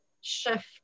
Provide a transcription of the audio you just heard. shift